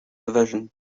division